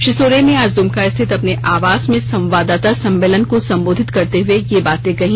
श्री सोरेन ने आज दुमका स्थित अपने आवास में संवाददाता सम्मेलन को संबोधित करते हुए ये बातें कहीं